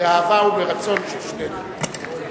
באהבה וברצון בשביל שנינו.